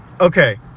okay